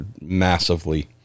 massively